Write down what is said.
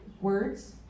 Words